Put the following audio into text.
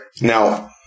Now